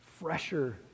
fresher